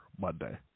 Monday